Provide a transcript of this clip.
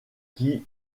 qui